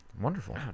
wonderful